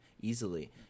easily